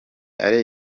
alain